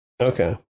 Okay